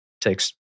takes